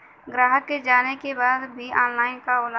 ग्राहक के जाने के बा की ऑनलाइन का होला?